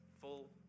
full